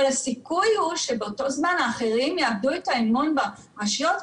אבל הסיכוי הוא שבאותו זמן האחרים יאבדו את האמון ברשויות,